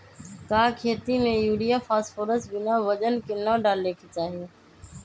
का खेती में यूरिया फास्फोरस बिना वजन के न डाले के चाहि?